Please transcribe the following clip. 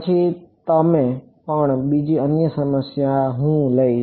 પછી તમે પણ બીજી અન્ય સમસ્યા હું લઈશ